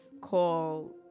call